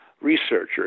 researcher